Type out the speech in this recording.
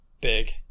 Big